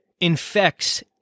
infects